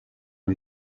ont